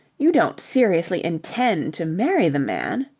you don't seriously intend to marry the man?